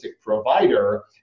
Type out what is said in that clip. provider